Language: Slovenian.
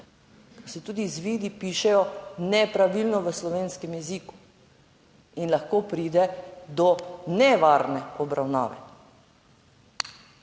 da se tudi izvidi pišejo nepravilno v slovenskem jeziku in lahko pride do nevarne obravnave.